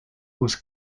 was